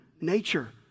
nature